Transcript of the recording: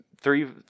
three